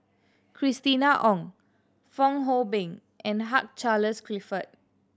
Christina Ong Fong Hoe Beng and Hugh Charles Clifford